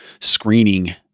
screening